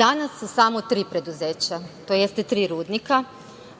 Danas su samo tri preduzeća, tj. tri rudnika